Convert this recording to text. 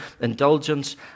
indulgence